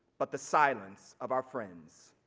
but the silence of our friends.